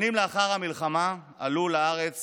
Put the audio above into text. שנים לאחר המלחמה עלו לארץ